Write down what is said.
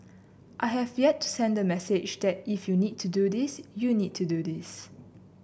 I have yet to send the message that if you need to do this you need to do this